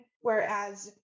whereas